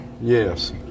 Yes